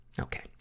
Okay